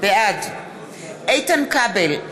בעד איתן כבל,